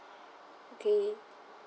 okay